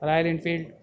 Royal Enfield